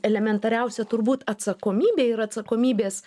elementariausia turbūt atsakomybė ir atsakomybės